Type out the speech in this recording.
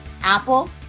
Apple